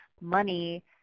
money